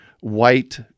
white